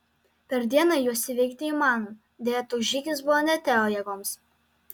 per dieną juos įveikti įmanoma deja toks žygis buvo ne teo jėgoms